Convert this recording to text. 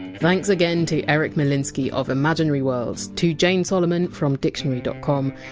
thanks again to eric molinsky of imaginary worlds, to jane solomon from dictionary dot com,